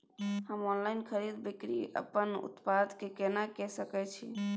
हम ऑनलाइन खरीद बिक्री अपन उत्पाद के केना के सकै छी?